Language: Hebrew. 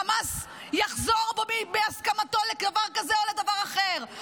חמאס יחזור בו מהסכמתו לדבר כזה או לדבר אחר.